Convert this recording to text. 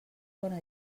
bona